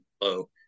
low